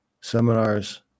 seminars